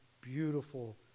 beautiful